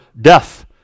death